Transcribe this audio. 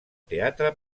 teatre